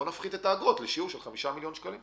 בואו נפחית את האגרות לשיעור של 5 מיליון שקלים,